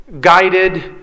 guided